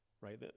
Right